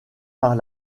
par